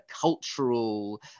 cultural